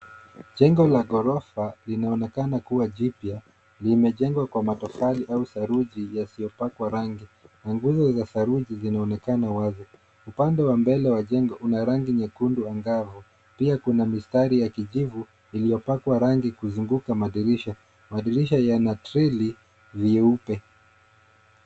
Jengo la ghorofa linaonekana kuwa jipya, limejengwa kwa matofali au saruji yasiyopakwa rangi. Nguzo za saruji zinaonekana wazi. Upande wa mbele wa jengo una rangi nyekundu angavu. Pia kuna mistari ya kijivu iliyopakwa rangi kuzunguka madirisha, madirisha yana treli vyeupe.